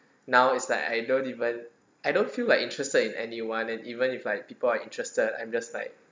now is like I don't even I don't feel like interested in anyone and even if like people are interested I'm just like